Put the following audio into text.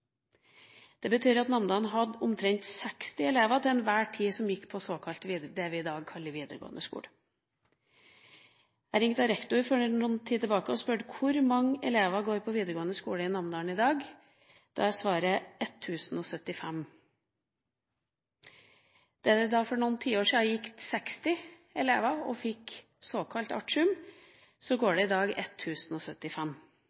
Det betyr at Namdal hadde omtrent 60 elever som til enhver tid gikk på det vi i dag kaller videregående skole. Jeg ringte til rektoren der for en tid siden og spurte hvor mange elever som går på videregående skole i Namdal i dag. Svaret var 1 075. Der det for noen tiår siden gikk 60 elever som fikk såkalt artium, går